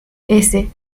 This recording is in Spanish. ese